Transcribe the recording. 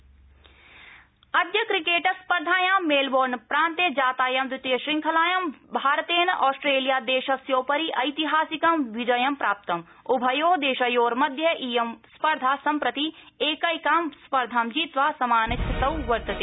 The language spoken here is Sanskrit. क्रिकेट स्पर्धा अद्य क्रिकेटस्पर्धायां मेलबोर्नप्रान्ते जातायां द्वितीयश्रृंखलायां भारतेन ऑस्ट्रेलियादेशस्योपरि ऐतिहासिकं विजयं प्राप्तम् उभयो देशयो मध्ये इयं स्पर्धा सम्प्रति एकैकां स्पर्धा जीत्वा समानस्थितौ वर्तते